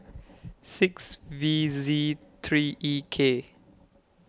six V Z three E K